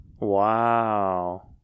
Wow